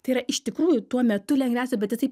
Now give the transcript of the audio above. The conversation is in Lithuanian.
tai yra iš tikrųjų tuo metu lengviausia bet jisai